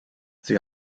sie